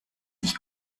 sich